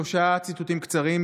שלושה ציטוטים קצרים,